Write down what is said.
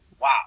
Wow